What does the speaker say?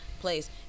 place